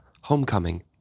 Homecoming